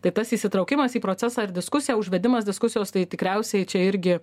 tai tas įsitraukimas į procesą ir diskusiją užvedimas diskusijos tai tikriausiai čia irgi